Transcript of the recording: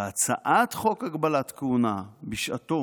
בהצעת חוק הגבלת כהונה בשעתה